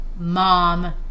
mom